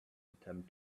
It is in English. attempt